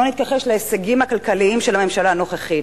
לא נתכחש להישגים הכלכליים של הממשלה הנוכחית,